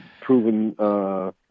proven